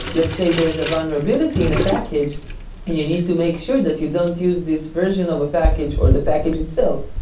let's say there is a vulnerability in a package and you need to make sure that you don't use this version of a package or the package itself.